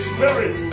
Spirit